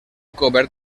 cobert